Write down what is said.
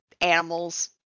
animals